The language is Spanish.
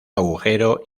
agujero